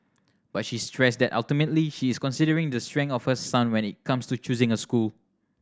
but she stressed that ultimately she is considering the strength of her son when it comes to choosing a school